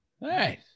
Nice